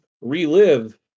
relive